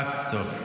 טוב.